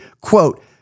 quote